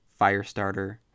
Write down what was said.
Firestarter